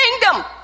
kingdom